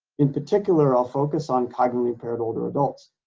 in particular, i'll focus on cognitive paired older adults.